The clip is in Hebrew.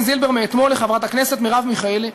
זילבר מאתמול לחברת הכנסת מרב מיכאלי,